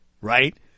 right